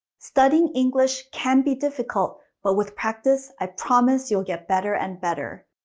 studying english can be difficult, but with practice, i promise you'll get better and better.